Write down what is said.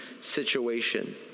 situation